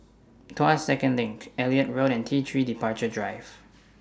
Tuas Second LINK Elliot Road and T three Departure Drive